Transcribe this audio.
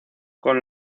con